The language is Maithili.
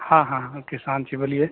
हँ हँ हँ किसान छी बोलिए